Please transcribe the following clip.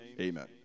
amen